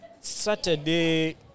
Saturday